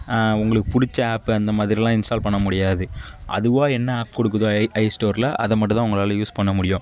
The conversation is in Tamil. உங்களுக்கு பிடிச்ச ஆப் அந்த மாதிரிலாம் இன்ஸ்டால் பண்ண முடியாது அதுவாக என்ன ஆப் கொடுக்குதோ எ ஐ ஸ்டோரில் அதை மட்டும் தான் உங்களால் யூஸ் பண்ண முடியும்